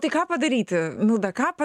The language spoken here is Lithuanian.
tai ką padaryti milda ką pa